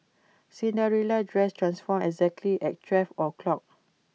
Cinderella's dress transformed exactly at twelve o'clock